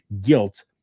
guilt